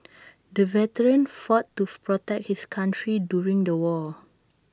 the veteran fought to protect his country during the war